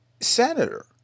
Senator